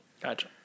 Gotcha